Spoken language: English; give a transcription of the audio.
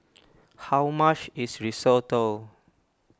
how much is Risotto